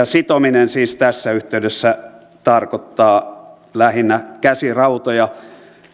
sitominen siis tässä yhteydessä tarkoittaa lähinnä käsirautoja